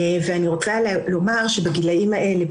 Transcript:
אני רוצה לומר שבגילאים האלה,